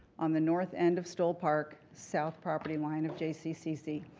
on the north end of stoll park, south property line of jccc.